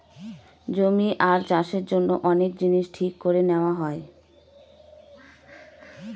জমি আর চাষের জন্য অনেক জিনিস ঠিক করে নেওয়া হয়